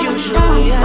Usually